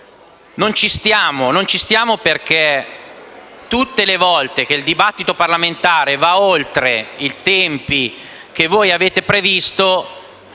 opinioni. Non ci stiamo perché tutte le volte che il dibattito parlamentare va oltre i tempi che voi avete previsto,